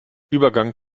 übergang